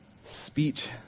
speech